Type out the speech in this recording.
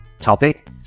topic